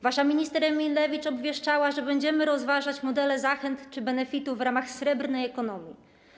Wasza minister Emilewicz obwieszczała: będziemy rozważać modele zachęt czy benefitów w ramach srebrnej ekonomii.